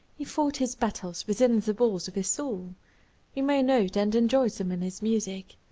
he fought his battles within the walls of his soul we may note and enjoy them in his music.